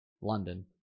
London